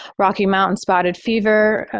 rocky mountain spotted fever,